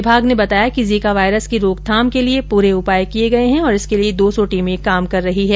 विभाग ने बताया कि जीका वायरस की रोकथाम के लिए पूरे उपाय किए गए हैं और इसके लिए दो सौ टीमें काम कर रही हैं